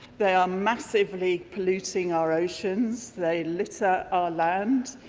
they are massively polluting our oceans, they litter our land,